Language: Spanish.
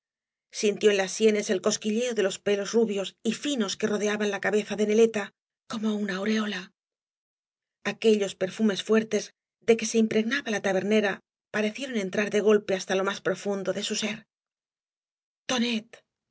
siíitíó en las bienes el cosquilleo de loa pelos rubioa y fiaos que rodeaban la cabeza de neleta como una aureola aquellos perfumes fuertes de que se impregnaba la tabernera parecieron entrar de golpe hasta lo más profundo de su ser